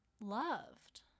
loved